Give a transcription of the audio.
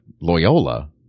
Loyola